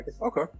okay